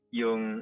yung